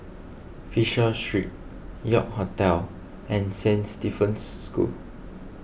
Fisher Street York Hotel and Saint Stephen's School